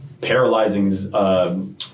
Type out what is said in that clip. paralyzing